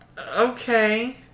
Okay